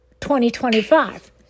2025